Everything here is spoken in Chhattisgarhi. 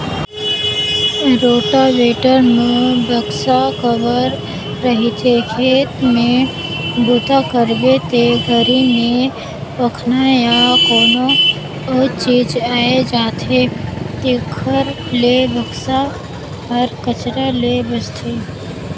रोटावेटर म बाक्स कवर रहिथे, खेत में बूता करबे ते घरी में पखना या कोनो अउ चीज आये जाथे तेखर ले बक्सा हर कचरा ले बचाथे